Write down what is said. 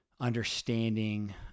understanding